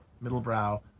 middle-brow